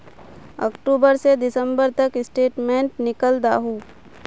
अक्टूबर से दिसंबर तक की स्टेटमेंट निकल दाहू?